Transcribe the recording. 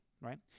right